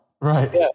Right